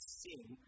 sin